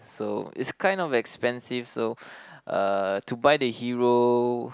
so it's kind of expensive so uh to buy the hero